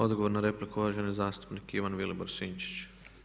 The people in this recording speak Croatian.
Odgovor na repliku, uvaženi zastupnik Ivan Vilibor Sinčić.